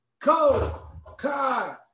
Kokai